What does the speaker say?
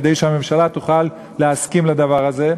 כדי שהממשלה תוכל להסכים לדבר זה.